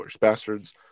bastards